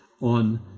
on